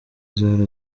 zari